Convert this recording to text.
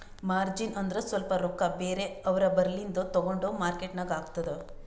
margin ಅಂದುರ್ ಸ್ವಲ್ಪ ರೊಕ್ಕಾ ಬೇರೆ ಅವ್ರ ಬಲ್ಲಿಂದು ತಗೊಂಡ್ ಮಾರ್ಕೇಟ್ ನಾಗ್ ಹಾಕದ್